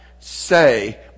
say